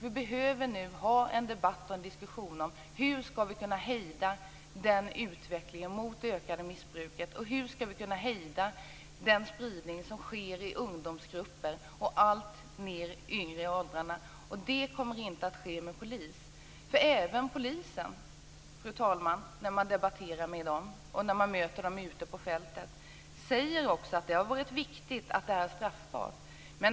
Vi behöver nu ha en debatt och en diskussion om hur vi skall kunna hejda utvecklingen mot ökat missbruk och hur vi skall kunna hejda den spridning som sker i ungdomsgrupper i allt yngre åldrar. Det kommer inte att ske med polis. Poliser ute på fältet säger att det har varit viktigt att det har varit straffbart.